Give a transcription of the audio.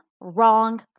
wrong